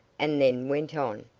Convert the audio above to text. and then went on.